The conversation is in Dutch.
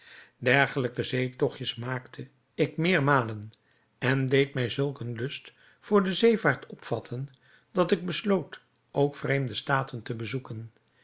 dergelijke zeetogtjes maakte ik meermalen en dit deed mij zulk een lust voor de zeevaart opvatten dat ik besloot ook vreemde staten te bezoeken